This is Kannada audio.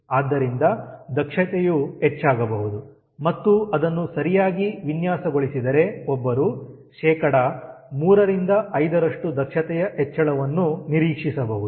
ಆದ್ದರಿಂದ ದಕ್ಷತೆಯು ಹೆಚ್ಚಾಗಬಹುದು ಮತ್ತು ಅದನ್ನು ಸರಿಯಾಗಿ ವಿನ್ಯಾಸಗೊಳಿಸಿದರೆ ಒಬ್ಬರು 3ರಿಂದ 5ರಷ್ಟು ದಕ್ಷತೆಯ ಹೆಚ್ಚಳವನ್ನು ನಿರೀಕ್ಷಿಸಬಹುದು